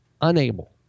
unable